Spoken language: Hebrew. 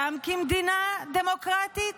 גם כמדינה דמוקרטית,